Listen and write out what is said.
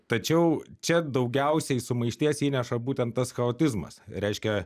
tačiau čia daugiausiai sumaišties įneša būtent tas chaotizmas reiškia